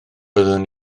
byddwn